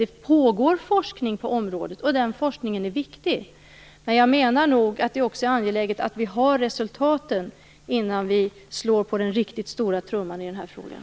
Det pågår forskning på området, och den är viktig, men jag menar nog att det också är angeläget att vi har resultaten innan vi slår på den riktigt stora trumman i den här frågan.